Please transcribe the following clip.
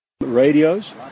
radios